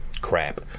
crap